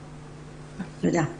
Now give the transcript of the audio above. תודה.